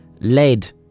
Lead